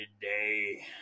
today